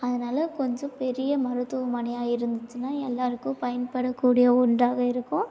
அதனால கொஞ்சம் பெரிய மருத்துவமனையாக இருந்துச்சுனா எல்லோருக்கும் பயன்படக்கூடிய ஒன்றாக இருக்கும்